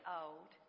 old